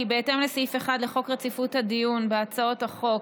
כי בהתאם לסעיף 1 לחוק רציפות הדיון בהצעות חוק,